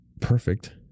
perfect